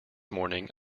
morning